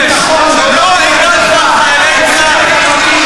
לא תזכו, אתם צריכים להתבייש,